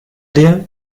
dear